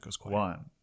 one